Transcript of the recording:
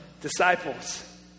disciples